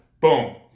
Boom